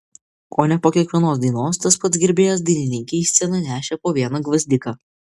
kone po kiekvienos dainos tas pats gerbėjas dainininkei į sceną nešė po vieną gvazdiką